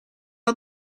had